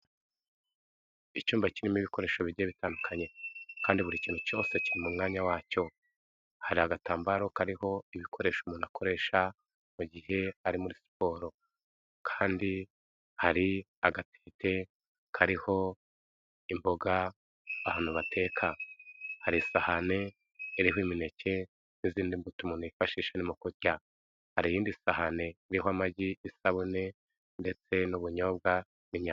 Icyumba kirimo ibikoresho bigiye bitandukanye kandi buri kintu cyose kiri mu mwanya wacyo, hari agatambaro kariho ibikoresho umuntu akoresha mu gihe ari muri siporo kandi hari agapipe kariho imboga ahantu bateka, hari isahane iriho imineke n'izindi mbuto umuntu yifashisha arimo kurya, hari iyindi sahane iriho amagi, isabune ndetse n'ubunyobwa n'inyama.